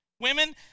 Women